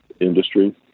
industry